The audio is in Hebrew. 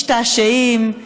משתעשעים,